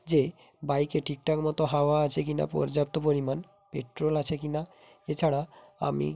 যে বাইকে ঠিকঠাক মতো হাওয়া আছে কিনা পর্যাপ্ত পরিমাণ পেট্রোল আছে কিনা এছাড়া আমি